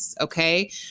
Okay